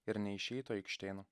ir neišeitų aikštėn